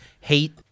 hate